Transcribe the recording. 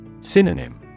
Synonym